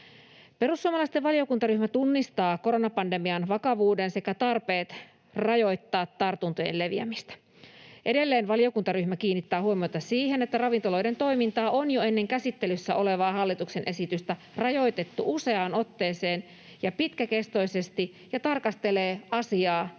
Perussuomalaisten valiokuntaryhmä tunnistaa koronapandemian vakavuuden sekä tarpeet rajoittaa tartuntojen leviämistä. Edelleen valiokuntaryhmä kiinnittää huomiota siihen, että ravintoloiden toimintaa on jo ennen käsittelyssä olevaa hallituksen esitystä rajoitettu useaan otteeseen ja pitkäkestoisesti, ja se tarkastelee asiaa